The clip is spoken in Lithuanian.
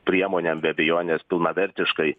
priemonėm be abejonės pilnavertiškai